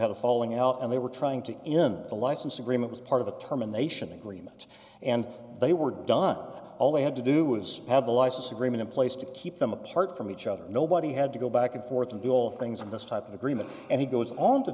had a falling out and they were trying to in the license agreement as part of a terminations agreement and they were done all they had to do was have a license agreement in place to keep them apart from each other nobody had to go back and forth and do all things in this type of agreement and he goes on to